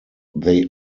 they